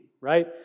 right